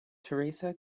theresa